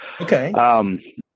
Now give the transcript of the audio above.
okay